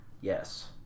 yes